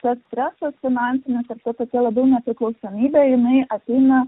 tas stresas finansinis tokie labai nepriklausomybę jinai ateina